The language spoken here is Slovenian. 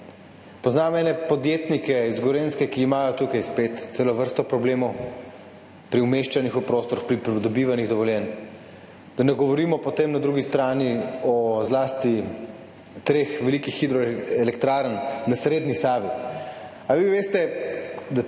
Poznam ene podjetnike z Gorenjske, ki imajo tukaj spet celo vrsto problemov pri umeščanju v prostor, pri pridobivanju dovoljenj. Da ne govorimo potem na drugi strani o zlasti treh velikih hidroelektrarnah na srednji Savi.